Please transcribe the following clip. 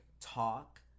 talk